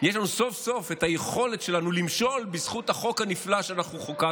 יש לנו סוף-סוף את היכולת שלנו למשול בזכות החוק הנפלא שאנחנו חוקקנו.